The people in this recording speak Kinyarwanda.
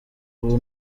ubu